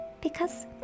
Because